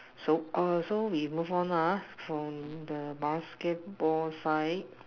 so uh so we move on lah ah from the basketball sign